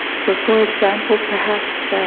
so, for example, perhaps